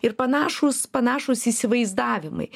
ir panašūs panašūs įsivaizdavimai